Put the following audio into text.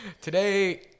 Today